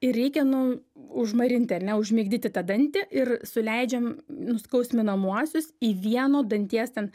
ir reikia nu užmarinti ar ne užmigdyti tą dantį ir suleidžiam nuskausminamuosius į vieno danties ten